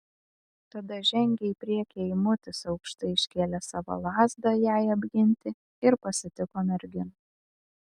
tada žengė į priekį eimutis aukštai iškėlęs savo lazdą jai apginti ir pasitiko merginą